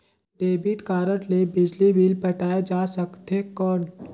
Debit card ले बिजली bill पटाय जा सकथे कौन?